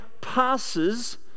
passes